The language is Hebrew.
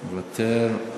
מוותר,